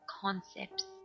concepts